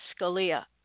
Scalia